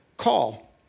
call